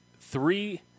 three